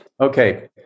Okay